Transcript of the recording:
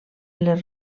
les